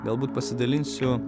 galbūt pasidalinsiu